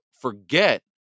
forget